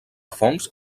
fongs